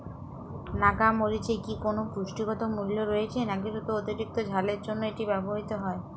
নাগা মরিচে কি কোনো পুষ্টিগত মূল্য রয়েছে নাকি শুধু অতিরিক্ত ঝালের জন্য এটি ব্যবহৃত হয়?